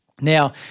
Now